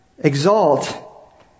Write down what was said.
exalt